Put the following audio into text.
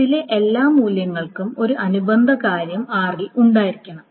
s ലെ എല്ലാ മൂല്യങ്ങൾക്കും ഒരു അനുബന്ധ കാര്യം r ൽ ഉണ്ടായിരിക്കണം